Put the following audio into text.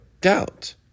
doubt